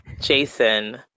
Jason